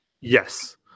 Yes